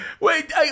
Wait